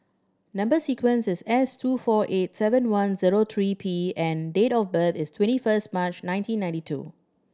number sequence is S two four eight seven one zero three P and date of birth is twenty first March nineteen ninety two